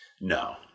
No